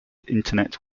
internet